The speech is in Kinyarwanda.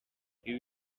ibi